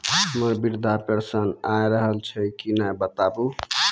हमर वृद्धा पेंशन आय रहल छै कि नैय बताबू?